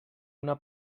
una